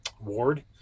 ward